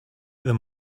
them